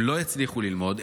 הם לא יצליחו ללמוד,